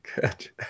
good